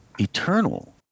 eternal